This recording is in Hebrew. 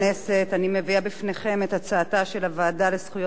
אני מביאה בפניכם את הצעתה של הוועדה לזכויות הילד